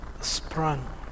sprung